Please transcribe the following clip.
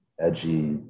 edgy